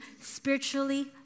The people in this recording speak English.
spiritually